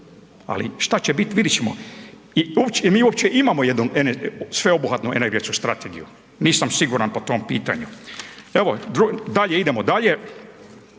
ali šta će biti vidjet ćemo. I mi uopće imamo jednu sveobuhvatnu energetsku strategiju, nisam siguran po tom pitanju. Evo, dalje, idemo dalje,